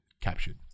captured